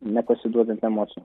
nepasiduodant emocijom